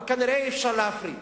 אבל כנראה אי-אפשר להפריד.